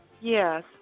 Yes